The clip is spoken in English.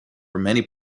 many